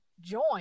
join